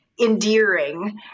endearing